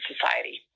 society